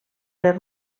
les